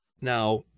Now